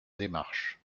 démarche